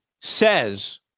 says